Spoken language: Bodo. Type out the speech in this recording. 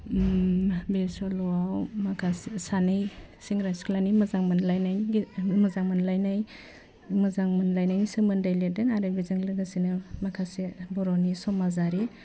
उम बे सल'वाव माखासे सानै सेंग्रा सिख्लानि मोजां मोनलायनाय गे मोजां मोनलायनाय मोजां मोनलायनायनि सोमोन्दै लिरदों आरो बिजो लोगोसेनो माखासे बर'नि समाजारि